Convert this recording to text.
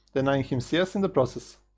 denying him cs in the process,